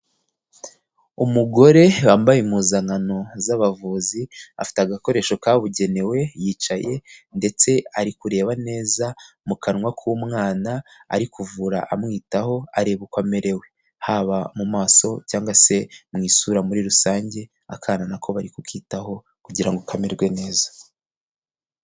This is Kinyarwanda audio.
Umugore wambaye impuzankano z'abavuzi afite agakoresho kabugenewe yicaye ndetse ari kureba neza mu kanwa k'umwana ari kuvura amwitaho areba uko amerewe, haba mu maso cyangwa se mu isura muri rusange, akana nako bari kukitaho kugira kamererwe neza.